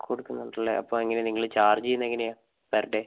കൊടുക്കുന്നുണ്ടല്ലേ അപ്പോൾ എങ്ങനേ നിങ്ങൾ ചാർജ് ചെയ്യുന്നതെങ്ങനെയാണ് പെർ ഡേ